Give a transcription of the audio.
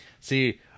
See